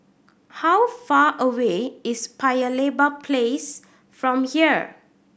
how far away is Paya Lebar Place from here